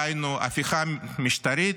דהיינו ההפיכה המשטרית,